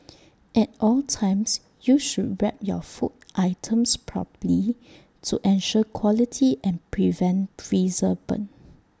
at all times you should wrap your food items properly to ensure quality and prevent freezer burn